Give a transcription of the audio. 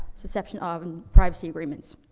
perception ah of and privacy agreements.